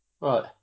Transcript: Right